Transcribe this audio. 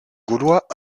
gaulois